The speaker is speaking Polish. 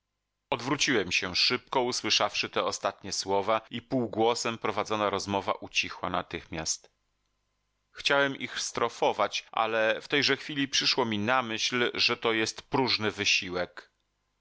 odwróciłem się szybko usłyszawszy te ostatnie słowa i półgłosem prowadzona rozmowa ucichła natychmiast chciałem ich strofować ale w tejże chwili przyszło mi na myśl że to jest próżny wysiłek